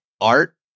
art